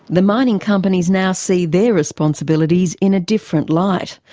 the mining companies now see their responsibilities in a different light,